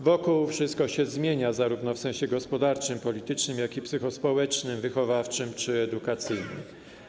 Wokół wszystko się zmieniło zarówno w sensie gospodarczym, politycznym, jak i psychospołecznym, wychowawczym czy edukacyjnym.